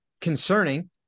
concerning